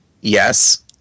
Yes